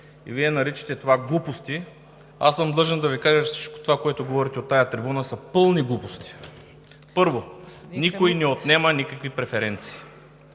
и Вие наричате това „глупости“, аз съм длъжен да Ви кажа, че всичко това, което говорите от тази трибуна, са пълни глупости! Първо, никой не отнема никакви преференции.